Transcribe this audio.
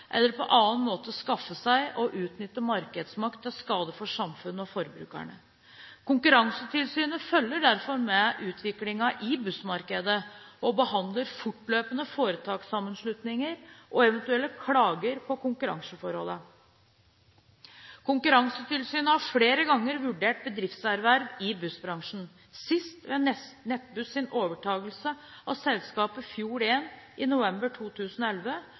eller på annen måte skaffe seg og utnytte markedsmakt til skade for samfunnet og forbrukerne. Konkurransetilsynet følger derfor med på utviklingen i bussmarkedet og behandler fortløpende foretakssammenslutninger og eventuelle klager på konkurranseforholdene. Konkurransetilsynet har flere ganger vurdert bedriftserverv i bussbransjen, sist ved Nettbuss’ overtakelse av selskapet Fjord1 i november 2011